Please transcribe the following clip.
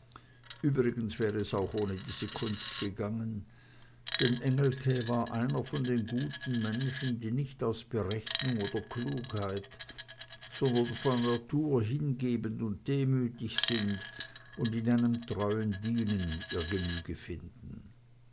übrigens wär es auch ohne diese kunst gegangen denn engelke war einer von den guten menschen die nicht aus berechnung oder klugheit sondern von natur hingebend und demütig sind und in einem treuen dienen ihr genüge finden